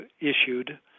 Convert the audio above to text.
issued